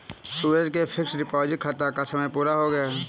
सूरज के fixed deposit खाता का समय पूरा हो गया है